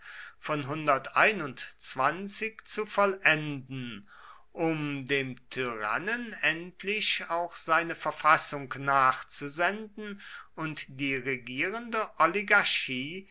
von zu vollenden um dem tyrannen endlich auch seine verfassung nachzusenden und die regierende oligarchie